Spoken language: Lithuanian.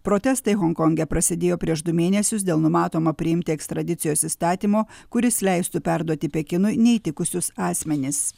protestai honkonge prasidėjo prieš du mėnesius dėl numatomo priimti ekstradicijos įstatymo kuris leistų perduoti pekinui neįtikusius asmenis